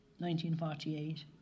1948